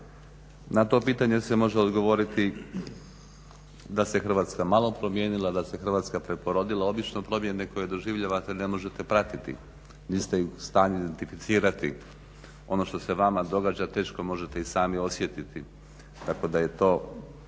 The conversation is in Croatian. Na to pitanje se može odgovoriti da se Hrvatska malo promijenila, da se Hrvatska preporodila. Obično promjene koje doživljavate ne možete pratiti, niste u stanju identificirati ono što se vama događa teško možete i sami osjetiti, tako da je to